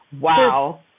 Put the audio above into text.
Wow